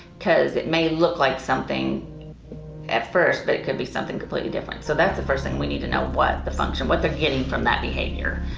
cause it may look like something at first but it could be something completely different. so that's the first thing. we need to know what the function, what they're getting from that behavior,